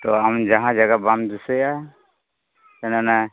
ᱛᱚ ᱟᱢ ᱡᱟᱦᱟᱸ ᱡᱟᱭᱜᱟ ᱵᱟᱢ ᱫᱤᱥᱟᱹᱭᱟ ᱚᱱᱮ ᱚᱱᱟ